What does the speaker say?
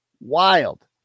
wild